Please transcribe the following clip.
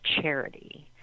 Charity